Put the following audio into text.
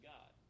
God